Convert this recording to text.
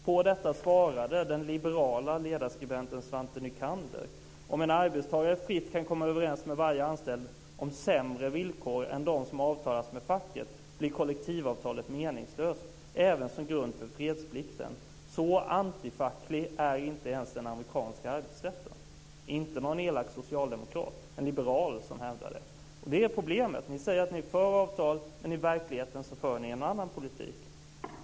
På detta svarade den liberala ledarskribenten Svante Nycander: Om en arbetstagare fritt kan komma överens med varje anställd om sämre villkor än de som avtalats med facket blir kollektivavtalet meningslöst, även som grund för fredsplikten. Så antifacklig är inte ens den amerikanska arbetsrätten. Det var alltså inte någon elak socialdemokrat utan en liberal som hävdade detta. Det är problemet: Ni säger att ni är för avtal, men i verkligheten för ni en annan politik.